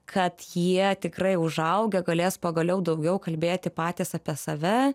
kad jie tikrai užaugę galės pagaliau daugiau kalbėti patys apie save